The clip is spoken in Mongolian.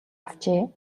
авчээ